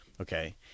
Okay